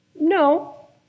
No